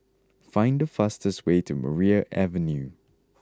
find the fastest way to Maria Avenue